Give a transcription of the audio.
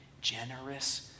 generous